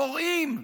פורעים,